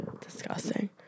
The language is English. Disgusting